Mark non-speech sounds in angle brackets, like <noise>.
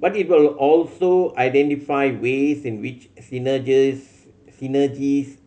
but it will also identify ways in which <unintelligible> synergies